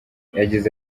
yagize